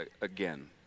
again